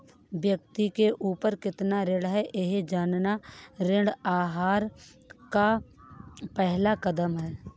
व्यक्ति के ऊपर कितना ऋण है यह जानना ऋण आहार का पहला कदम है